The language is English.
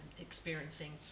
experiencing